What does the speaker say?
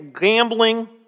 gambling